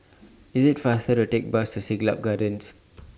IS IT faster to Take The Bus to Siglap Gardens